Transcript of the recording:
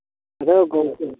ᱟᱫᱚ ᱜᱚᱝᱠᱮ